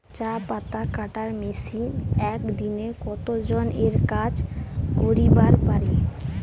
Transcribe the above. চা পাতা কাটার মেশিন এক দিনে কতজন এর কাজ করিবার পারে?